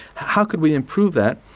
how could we improve that?